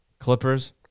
Clippers